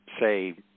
say